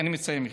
אני מסיים.